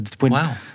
Wow